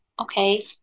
okay